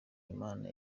imana